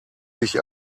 sich